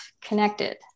connected